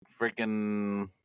freaking